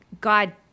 God